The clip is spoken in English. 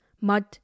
mud